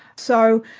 so,